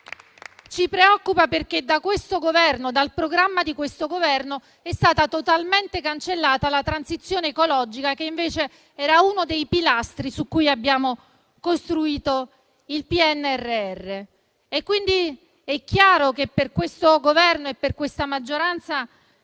Ci preoccupa perché dal programma di questo Governo è stata totalmente cancellata la transizione ecologica, che era invece uno dei pilastri su cui abbiamo costruito il PNRR. Quindi, è chiaro che per questo Governo e per questa maggioranza